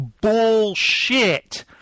bullshit